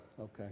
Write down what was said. Okay